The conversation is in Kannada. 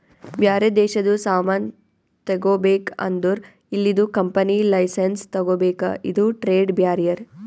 ಬ್ಯಾರೆ ದೇಶದು ಸಾಮಾನ್ ತಗೋಬೇಕ್ ಅಂದುರ್ ಇಲ್ಲಿದು ಕಂಪನಿ ಲೈಸೆನ್ಸ್ ತಗೋಬೇಕ ಇದು ಟ್ರೇಡ್ ಬ್ಯಾರಿಯರ್